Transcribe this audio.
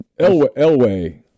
Elway